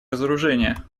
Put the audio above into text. разоружения